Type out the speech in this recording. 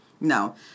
no